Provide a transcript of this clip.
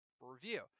review